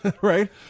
Right